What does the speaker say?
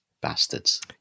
Bastards